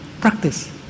practice